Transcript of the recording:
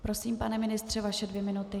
Prosím, pane ministře, vaše dvě minuty.